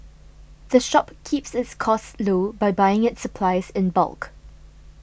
the shop keeps its costs low by buying its supplies in bulk